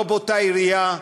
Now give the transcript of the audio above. לא באותה עירייה,